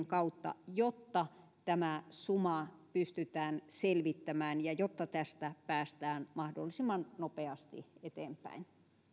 kautta jotta tämä suma pystytään selvittämään ja jotta tästä päästään mahdollisimman nopeasti eteenpäin